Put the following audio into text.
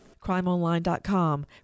CrimeOnline.com